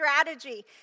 strategy